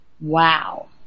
Wow